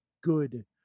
good